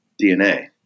DNA